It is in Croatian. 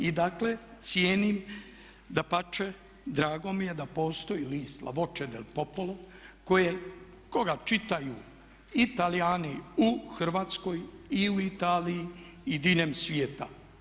I dakle cijenim dapače drago mi je da postoji list "La voce del populo" koga čitaju i Talijani u Hrvatskoj i u Italiji i diljem svijeta.